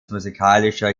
musikalischer